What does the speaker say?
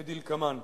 כדלקמן: